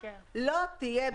אז לא תהיה בעיה.